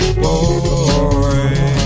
boy